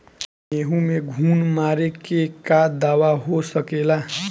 गेहूँ में घुन मारे के का दवा हो सकेला?